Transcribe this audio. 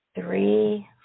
three